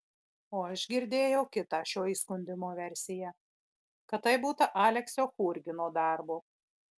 o aš girdėjau kitą šio įskundimo versiją kad tai būta aleksio churgino darbo